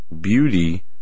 beauty